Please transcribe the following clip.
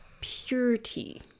purity